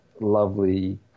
lovely